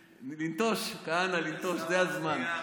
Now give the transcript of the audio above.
לנטוש, כהנא, לנטוש, זה זמן.